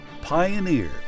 Pioneer